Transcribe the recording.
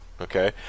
Okay